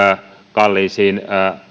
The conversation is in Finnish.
kalliisiin